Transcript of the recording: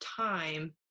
time